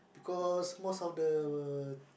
because most of the